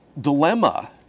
dilemma